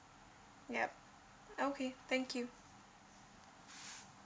yup okay thank you